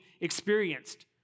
experienced